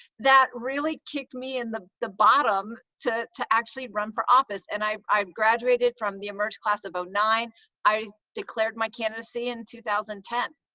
that really kicked me in the the bottom to to actually run for office, and i i graduated from the emerge class of ah nine i declared my candidacy in two thousand and ten.